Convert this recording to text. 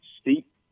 steep